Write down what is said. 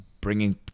bringing